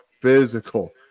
physical